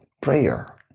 prayer